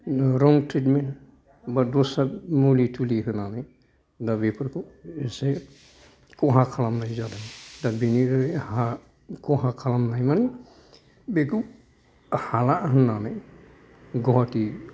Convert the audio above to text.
रंग ट्रिटमेन्ट बा दस्रा मुलि थुलि होनानै दा बेफोरखौ एसे खहा खालामनाय जादों दा बेनि हा खहा खालामनाय माने बेखौ हाला होन्नानै गुवाहाटि